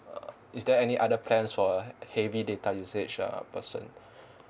uh is there any other plans for he~ heavy data usage uh person